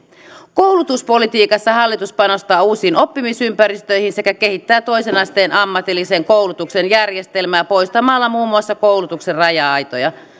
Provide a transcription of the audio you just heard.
koulutuspolitiikassa hallitus panostaa uusiin oppimisympäristöihin sekä kehittää toisen asteen ammatillisen koulutuksen järjestelmää poistamalla muun muassa koulutuksen raja aitoja